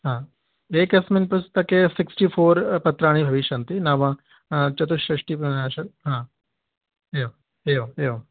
हा एकस्मिन् पुस्तके सिक्टिफ़ोर् पत्राणि भविष्यन्ति नाम चतुष्षष्टिः हा एवम् एवम् एवम्